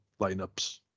lineups